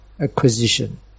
acquisition